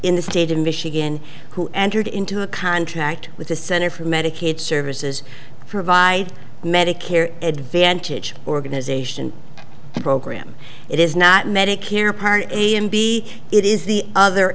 in the state of michigan who entered into a contract with the center for medicaid services provide medicare advantage organization the program it is not medicare part a and b it is the other